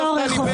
תנו לה לענות.